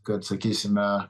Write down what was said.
kad sakysime